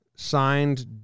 Signed